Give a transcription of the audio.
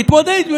תתמודד,